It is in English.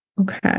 okay